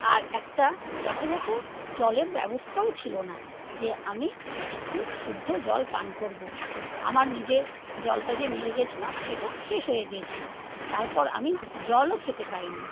আর একটা যথাযথ জলের ব্যবস্থাও ছিল না যে আমি একটু শুদ্ধ জল পান করবো আমার নিজের জলটা যে নিয়ে গিয়েছিলাম সেটা শেষ হয়ে গিয়েছিলো তারপর আমি জলও খেতে পাইনি